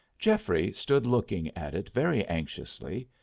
geoffrey stood looking at it very anxiously,